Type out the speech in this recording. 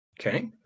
Okay